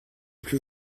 plus